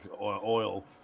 oil